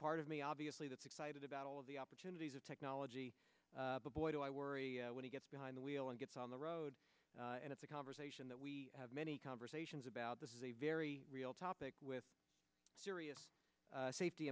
part of me obviously that's excited about all of the opportunities of technology but boy do i worry when he gets behind the wheel and gets on the road and it's a conversation that we have many conversations about this is a very real topic with serious safety